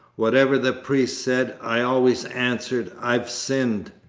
whatever the priest said, i always answered i've sinned.